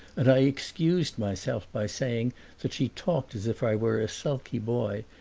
and i excused myself by saying that she talked as if i were a sulky boy,